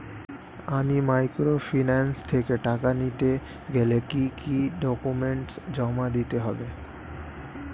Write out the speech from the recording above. আমি মাইক্রোফিন্যান্স থেকে টাকা নিতে গেলে কি কি ডকুমেন্টস জমা দিতে হবে?